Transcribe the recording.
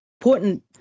important